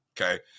okay